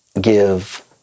give